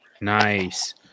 nice